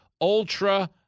ultra